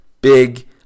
big